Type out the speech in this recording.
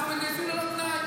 אנחנו מתגייסים ללא תנאי,